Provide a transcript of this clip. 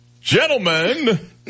Gentlemen